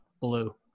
blue